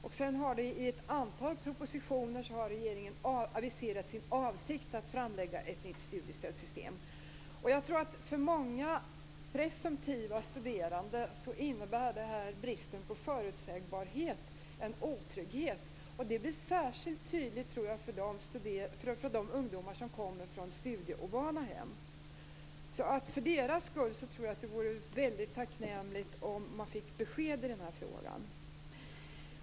Regeringen har sedan i ett antal propositioner aviserat sin avsikt att utforma ett nytt studiestödssystem. Jag tror att för många presumtiva studerande innebär bristen på förutsägbarhet en otrygghet. Detta blir särskilt tydligt för de ungdomar som kommer från studieovana hem. För deras skull vore det väldigt tacknämligt med ett besked i denna fråga.